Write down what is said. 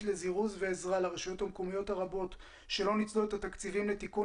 לזירוז ועזרה לרשויות המקומיות הרבות שלא ניצלו את התקציבים לתיקון